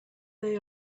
they